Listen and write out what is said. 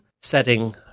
setting